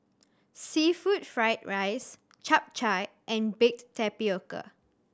seafood fried rice Chap Chai and baked tapioca